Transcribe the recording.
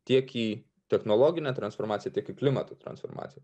tiek į technologinę transformaciją tiek į klimato transformaciją